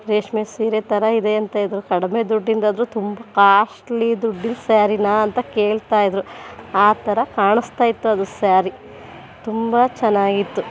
ರೇಷ್ಮೆ ಸೀರೆ ಥರ ಇದೆ ಅಂತ ಇದ್ದರು ಕಡಿಮೆ ದುಡ್ಡಿಂದಾದರೂ ತುಂಬ ಕಾಸ್ಟ್ಲಿ ದುಡ್ಡಿನ ಸ್ಯಾರಿನ ಅಂತ ಕೇಳ್ತಾಯಿದ್ರು ಆ ಥರ ಕಾಣಸ್ತಾಯಿತ್ತು ಅದು ಸ್ಯಾರಿ ತುಂಬ ಚೆನ್ನಾಗಿತ್ತು